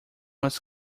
was